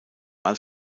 als